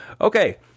Okay